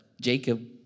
Jacob